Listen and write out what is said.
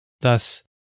Thus